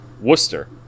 Worcester